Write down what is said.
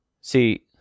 See